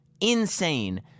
insane